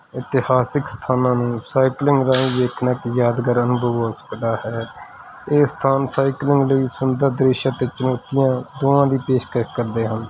ਇਤਿਹਾਸਿਕ ਸਥਾਨਾਂ ਨੂੰ ਸਾਈਕਲਿੰਗ ਰਾਹੀਂ ਵੇਖਣਾ ਇੱਕ ਯਾਦਗਾਰ ਅਨੁਭਵ ਹੋ ਸਕਦਾ ਹੈ ਇਹ ਸਥਾਨ ਸਾਈਕਲਿੰਗ ਲਈ ਸੁੰਦਰ ਦ੍ਰਿਸ਼ ਅਤੇ ਚੁਣੌਤੀਆਂ ਦੋਵਾਂ ਦੀ ਪੇਸ਼ਕਸ਼ ਕਰਦੇ ਹਨ